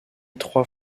trois